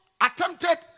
attempted